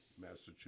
Massachusetts